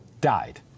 died